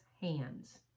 hands